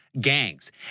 gangs